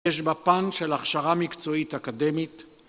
יש בפן של הכשרה מקצועית אקדמית